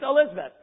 Elizabeth